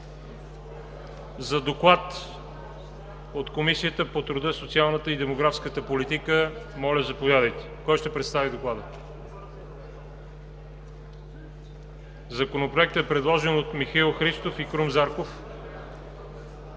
За доклад от Комисията по труда, социалната и демографската политика – моля, заповядайте. Законопроектът е предложен от Михаил Христов и Крум Зарков.